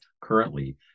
currently